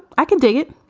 i can dig it